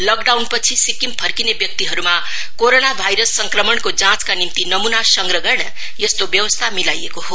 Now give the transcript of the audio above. लकडाउनपछि सिक्विम फर्किने व्यक्तिहरुमा corona virus संक्रमणको जाँचका निम्ति नमुना संग्रह गर्न यस्तो व्यवस्था मिलाएको हो